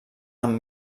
amb